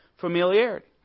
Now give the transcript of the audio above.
familiarity